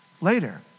later